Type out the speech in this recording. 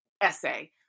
essay